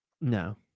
no